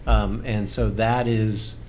and so that is